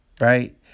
right